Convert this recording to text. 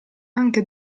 anche